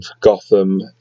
Gotham